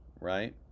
right